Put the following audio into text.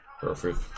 Perfect